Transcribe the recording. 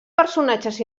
personatges